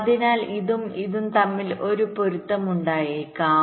അതിനാൽ ഇതും ഇതും തമ്മിൽ ഒരു പൊരുത്തം ഉണ്ടായേക്കാം